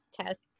tests